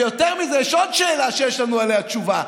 ויותר מזה, יש עוד שאלה שיש לנו עליה תשובה,